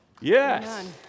Yes